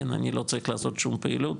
אני לא צריך לעשות שום פעילות,